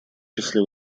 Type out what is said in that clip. числе